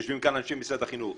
יושבים כאן אנשי משרד החינוך.